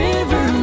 River